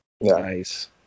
Nice